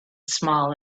small